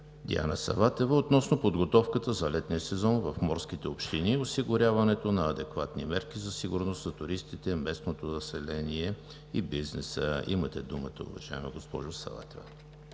Диана Саватева относно подготовката за летния сезон в морските общини и осигуряването на адекватни мерки за сигурност за туристите, местното население и бизнеса. Имате думата, уважаема госпожо Саватева.